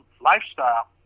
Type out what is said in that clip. lifestyle